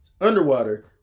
Underwater